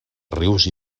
rius